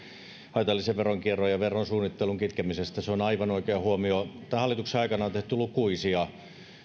haitallisen veronkierron ja verosuunnittelun kitkemisestä se on aivan oikea huomio tämän hallituksen aikana on tehty lukuisia